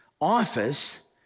office